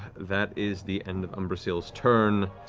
that is the end of umbrasyl's turn.